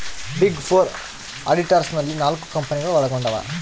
big four auditors ನಲ್ಲಿ ನಾಲ್ಕು ಕಂಪನಿಗಳು ಒಳಗೊಂಡಿವ